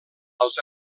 als